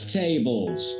tables